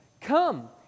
Come